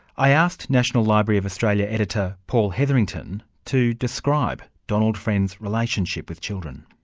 i asked national library of australia editor paul hetherington to describe donald friend's relationship with children.